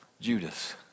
Judas